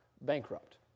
bankrupt